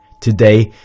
Today